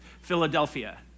Philadelphia